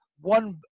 one